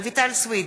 רויטל סויד,